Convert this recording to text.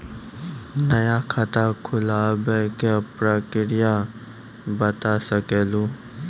नया खाता खुलवाए के प्रक्रिया बता सके लू?